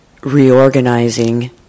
reorganizing